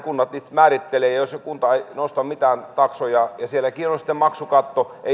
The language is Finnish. määrittelevät ja jos kunta ei nosta mitään taksoja ja sielläkin on sitten maksukatto